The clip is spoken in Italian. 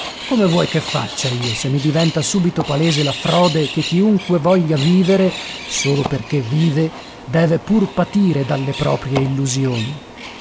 come vuoi che faccia io se mi diventa subito palese la frode che chiunque voglia vivere solo perché vive deve pur patire dalle proprie illusioni